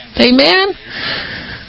Amen